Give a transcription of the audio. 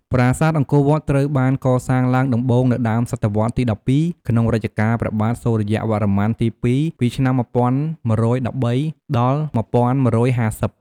ប្រាសាទអង្គរវត្ត ត្រូវបានកសាងឡើងដំបូងនៅដើមសតវត្សរ៍ទី១២ ក្នុងរជ្ជកាលព្រះបាទសូរ្យវរ្ម័នទី២ ពីឆ្នាំ ១១១៣ ដល់ ១១៥០។